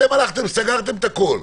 אתם סגרתם את הכול.